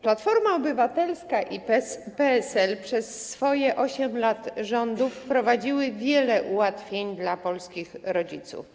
Platforma Obywatelska i PSL przez 8 lat rządów wprowadziły wiele ułatwień dla polskich rodziców.